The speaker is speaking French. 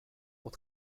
pour